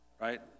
Right